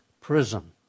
prison